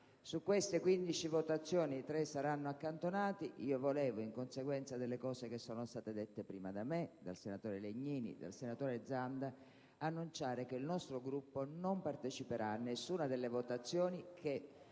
emendamenti votati, tre saranno accantonati. In conseguenza delle cose che sono state dette prima da me, dal senatore Legnini e dal senatore Zanda, volevo annunciare che il nostro Gruppo non parteciperà a nessuna delle votazioni che